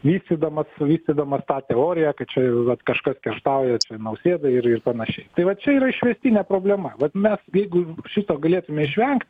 vystydamas vystydamas tą teoriją kad čia jau vat kažkas kerštauja nausėdai ir ir panašiai tai vat čia yra išvestinė problema vat mes jeigu šito galėtume išvengti